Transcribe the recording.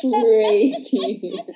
Crazy